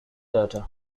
data